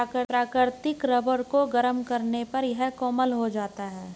प्राकृतिक रबर को गरम करने पर यह कोमल हो जाता है